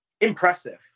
impressive